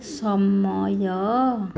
ସମୟ